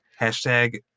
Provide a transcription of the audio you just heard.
Hashtag